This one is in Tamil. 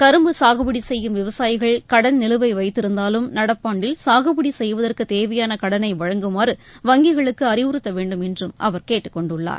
கரும்பு சாகுபடி செய்யும் விவசாயிகள் கடன் நிலுவை வைத்திருந்தாலும் நடப்பாண்டில் சாகுபடி செய்வதற்கு தேவையான கடனை வழங்குமாறு வங்கிகளுக்கு அறிவுறுத்த வேண்டும் என்றும் அவர் கேட்டுக்கொண்டுள்ளார்